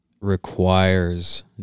requires